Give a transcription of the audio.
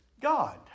God